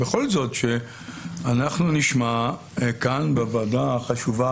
בכל זאת שאנחנו נשמע כאן בוועדה החשובה